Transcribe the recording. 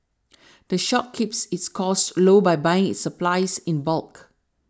the shop keeps its costs low by buying its supplies in bulk